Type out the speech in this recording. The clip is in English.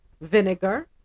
vinegar